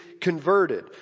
converted